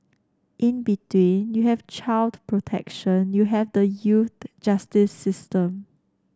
in between you have child protection you have the youth justice system